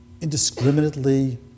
indiscriminately